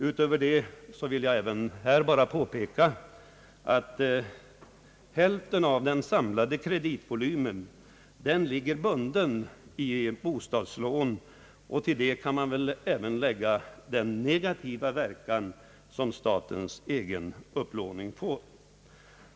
Utöver detta vill jag peka på att hälften av den samlade kreditvolymen ligger bunden i bostadslån; vartill man väl kan lägga den negativa verkan som statens egen upplåning får.